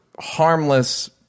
harmless